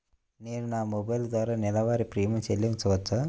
నేను నా మొబైల్ ద్వారా నెలవారీ ప్రీమియం చెల్లించవచ్చా?